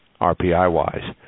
RPI-wise